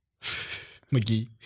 McGee